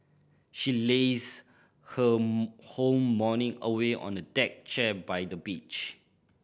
she lazed her whole morning away on a deck chair by the beach